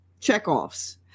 checkoffs